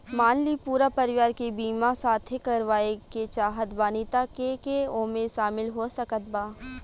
मान ली पूरा परिवार के बीमाँ साथे करवाए के चाहत बानी त के के ओमे शामिल हो सकत बा?